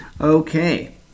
Okay